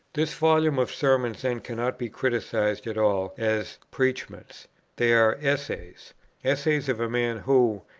this volume of sermons then cannot be criticized at all as preachments they are essays essays of a man who,